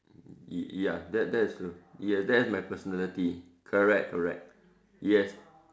y~ ya that that's uh ya that is my personality correct correct yes